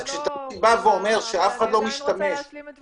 אני רוצה להשלים את הדברים,